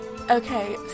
Okay